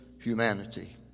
humanity